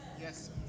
Yes